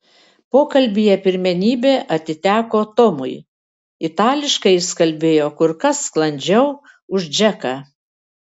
pokalbyje pirmenybė atiteko tomui itališkai jis kalbėjo kur kas sklandžiau už džeką